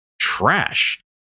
trash